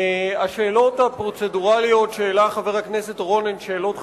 השאלות הפרוצדורליות שהעלה חבר הכנסת אורון הן שאלות חשובות,